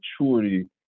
maturity